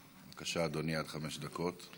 בבקשה, אדוני, עד חמש דקות.